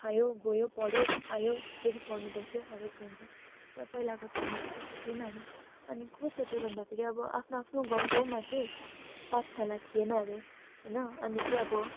खायो गयो आयो पढ्यो आयो फेरि पढ्न बस्यो हौ यस्तो हुन्छ पहिलाको टाइममा चाहिँ त्यस्तो थिएन हरे अनि कस्तो थियो भन्दा चाहिँ अब आफ्नो आफ्नो गाउँ गाउँमा चाहिँ पाठशाला थिएन अरे होइन अनि चाहिँ अब